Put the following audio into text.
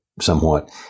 somewhat